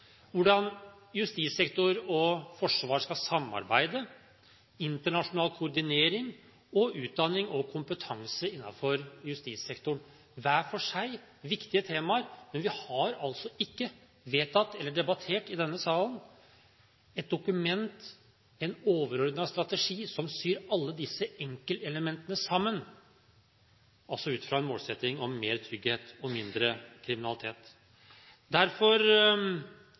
hvordan justissektor og forsvar skal samarbeide, internasjonal koordinering og utdanning og kompetanse innenfor justissektoren – hver for seg viktige temaer. Men vi har altså ikke vedtatt eller debattert i denne salen et dokument, en overordnet strategi, som syr alle disse enkeltelementene sammen, ut fra en målsetting om mer trygghet og mindre kriminalitet.